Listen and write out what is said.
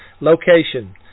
Location